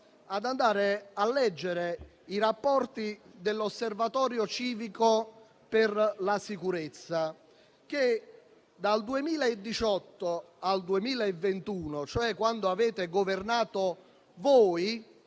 vi invito a leggere i rapporti dell'Osservatorio civico sulla sicurezza a scuola che, dal 2018 al 2021, cioè quando avete governato voi,